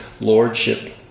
Lordship